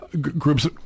groups